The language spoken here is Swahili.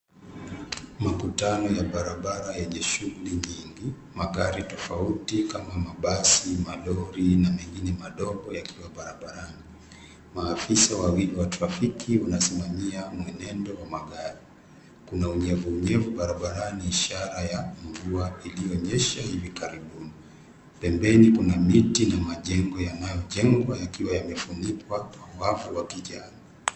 Makutano ya barabara yenye shughuli nyingi, magari tofauti kama mabasi, malori na mengine madogo yakiwa barabarani. Maafisa wawili wa trafiki wanasimamia mwenendo wa magari. Kuna unyevunyevu barabarani ishara ya mvua iliyonyesha hivi karibuni. Pembeni kuna miti na majengo yanayojengwa yakiwa yamefunikwa kwa wavu wa kijani.